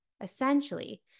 Essentially